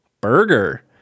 burger